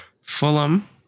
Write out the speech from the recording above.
Fulham